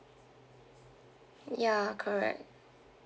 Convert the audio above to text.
ya correct